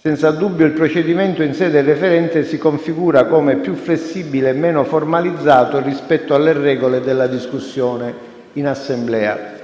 senza dubbio il procedimento in sede referente si configura come più flessibile e meno formalizzato rispetto alle regole della discussione in Assemblea.